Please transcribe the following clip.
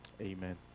Amen